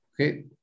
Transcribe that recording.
okay